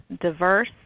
diverse